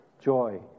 joy